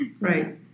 Right